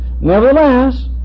Nevertheless